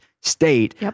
state